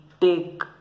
take